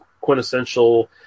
quintessential